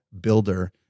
builder